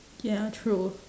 ya true